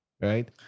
Right